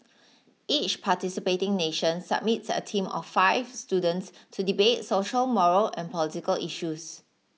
each participating nation submits a team of five students to debate social moral and political issues